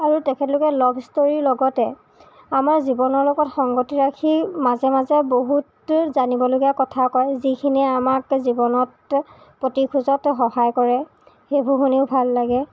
আৰু তেখেতলোকে লভ ষ্টৰীৰ লগতে আমাৰ জীৱনৰ লগত সংগতি ৰাখি মাজে মাজে বহুত জানিবলগীয়া কথা কয় যিখিনিয়ে আমাক জীৱনত প্ৰতি খোজত সহায় কৰে সেইবোৰ শুনিও ভাল লাগে